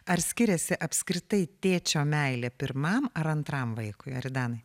ar skiriasi apskritai tėčio meilė pirmam ar antram vaikui aridanai